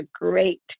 great